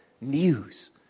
news